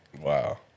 Wow